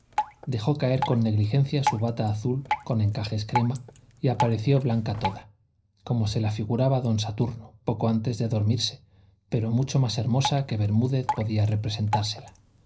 dejó caer con negligencia su bata azul con encajes crema y apareció blanca toda como se la figuraba don saturno poco antes de dormirse pero mucho más hermosa que bermúdez podía representársela